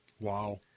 Wow